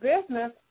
business